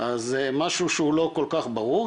אז זה משהו שהוא לא כול כך ברור,